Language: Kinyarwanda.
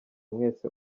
mwese